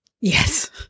Yes